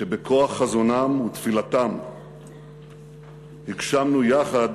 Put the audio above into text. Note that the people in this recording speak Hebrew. שבכוח חזונם ותפילתם הגשמנו יחד